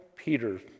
Peter